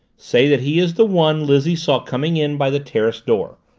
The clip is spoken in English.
say that he is the one lizzie saw coming in by the terrace door.